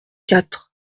quatre